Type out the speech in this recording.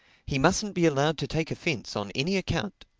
he mustn't be allowed to take offense on any account.